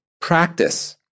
practice